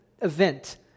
event